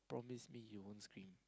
promise me you won't scream